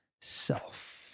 self